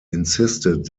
insisted